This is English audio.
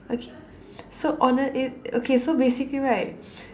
okay so hone~ it okay so basically right